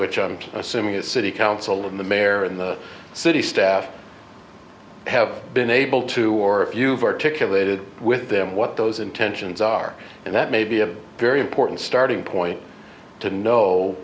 which i'm assuming is city council and the mayor and the city staff have been able to or if you've articulated with them what those intentions are and that may be a very important starting point to know